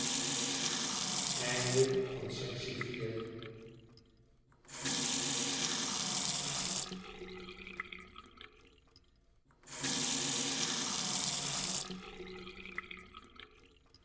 einde van het